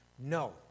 No